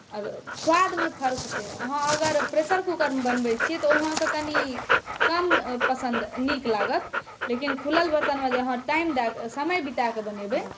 अगर स्वादमे फर्क छै अहाँ अगर प्रेशर कुकरमे बनबै छी तऽ ओ अहाँके कनि कम पसन्द नीक लागत लेकिन खुलल बर्तनमे जे अहाँ टाइम देकऽ समय बिता कऽ बनेबै